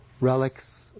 relics